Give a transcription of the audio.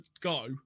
go